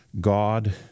God